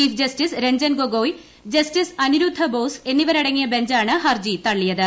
chief justice Ranjan Gogoi justice Aniruddha Bose എന്നിവരടങ്ങിയ ബഞ്ചാണ് ഹർജി തള്ളിയത്